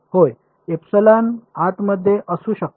होय आतमध्ये असू शकते